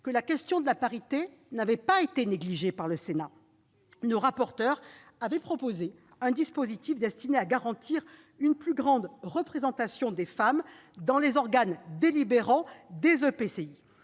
que la question de la parité n'avait pas été négligée par le Sénat. Nos rapporteurs avaient proposé un dispositif destiné à garantir une plus grande représentation des femmes dans les organes délibérants des EPCI.